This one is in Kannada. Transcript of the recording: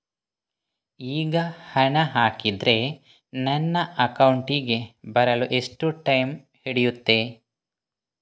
ಈಗ ಹಣ ಹಾಕಿದ್ರೆ ನನ್ನ ಅಕೌಂಟಿಗೆ ಬರಲು ಎಷ್ಟು ಟೈಮ್ ಹಿಡಿಯುತ್ತೆ?